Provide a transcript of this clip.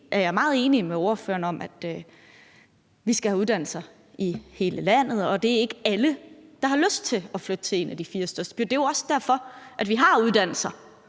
er jeg meget enig med ordføreren i, at vi skal have uddannelser i hele landet, og at det ikke er alle, der har lyst til at flytte til en af de fire største byer. Det er jo også derfor, vi har uddannelser,